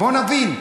בואו נבין.